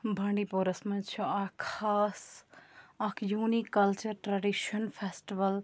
بانٛڈی پوراہس منٛز چھُ اَکھ خاص اَکھ یونیٖک کَلچَر ٹرٛیڈِشَن فیٚسٹِوَل